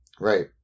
Right